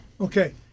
Okay